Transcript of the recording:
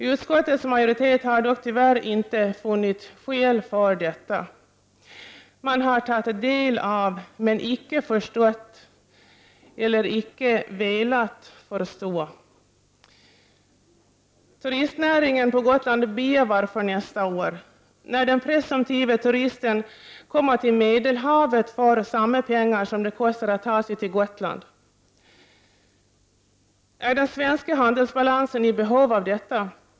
Utskottets majoritet har dock tyvärr inte funnit skäl för detta. Man har tagit del av det — men icke förstått, eller velat förstå. Turistnäringen på Gotland bävar för nästa år, när den presumtiva turisten kommer till Medelhavet för samma belopp som det kostar att ta sig till Gotland. Är den svenska handelsbalansen i behov av detta?